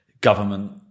government